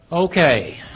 Okay